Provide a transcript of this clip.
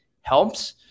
helps